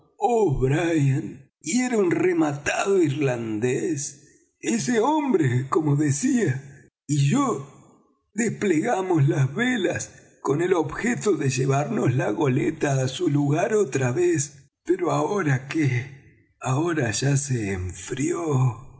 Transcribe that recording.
un rematado irlandés ese hombre como decía y yo desplegamos las velas con el objeto de llevarnos la goleta á su lugar otra vez pero ahora qué ahora ya se enfrió